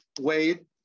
Wade